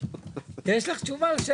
יש לך תשובה?